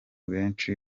benshi